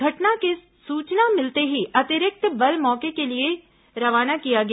घटना के सूचना मिलते ही अतिरिक्त बल मौके के लिए रवाना किया गया